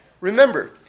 Remember